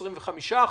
25%?